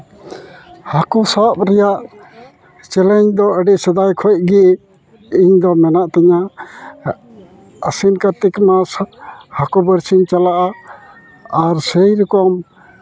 ᱦᱟᱹᱠᱩ ᱥᱟᱵ ᱨᱮᱭᱟᱜ ᱪᱮᱞᱮᱡᱽ ᱫᱚ ᱟᱹᱰᱤ ᱥᱮᱫᱟᱭ ᱠᱷᱚᱡ ᱜᱮ ᱤᱧᱫᱚ ᱢᱮᱱᱟᱜ ᱛᱤᱧᱟᱹ ᱟᱥᱤᱱ ᱠᱟᱨᱛᱤᱠ ᱢᱟᱥ ᱦᱟᱹᱠᱩ ᱵᱟᱹᱲᱥᱤᱧ ᱪᱟᱞᱟᱜᱼᱟ ᱟᱨ ᱥᱮᱭ ᱨᱚᱠᱚᱢ